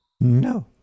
No